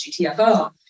GTFO